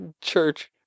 Church